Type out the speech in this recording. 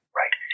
right